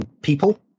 people